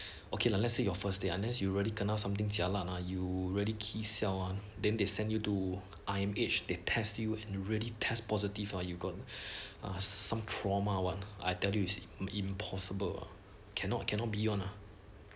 okay lah let's say your first day unless you really kena something jialat ah you already kee siao ah then they send you to iron age they test you and really test positive or you got ah some trauma what I tell you is impossible cannot cannot be one lah